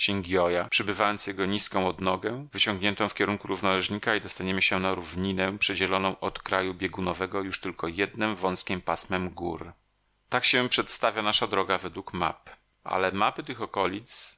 gioja przebywając jego nizką odnogę wyciągniętą w kierunku równoleżnika i dostaniemy się na równinę przedzieloną od kraju biegunowego już tylko jednem wązkiem pasmem gór tak się przedstawia nasza droga według map ale mapy tych okolic